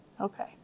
Okay